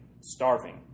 starving